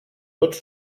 tots